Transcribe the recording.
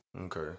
okay